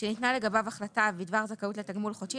שניתנה לגביו החלטה בדבר זכאות לתגמול חודשי,